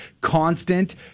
constant